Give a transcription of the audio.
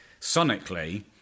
Sonically